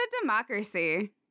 Democracy